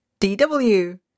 DW